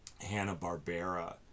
hanna-barbera